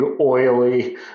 oily